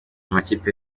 amakipe